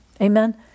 Amen